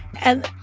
and,